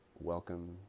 Welcome